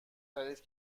تعریف